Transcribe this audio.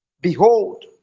behold